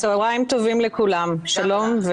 צהריים טובים לכולם, שלום.